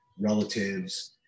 relatives